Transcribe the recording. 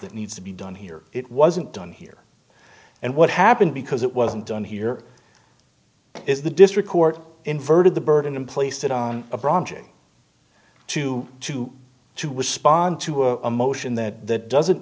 that needs to be done here it wasn't done here and what happened because it wasn't done here is the district court inverted the burden in placed it on a project two to two was spawn two or a motion that doesn't